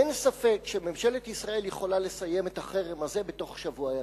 אין ספק שממשלת ישראל יכולה לסיים את החרם הזה בתוך שבוע ימים.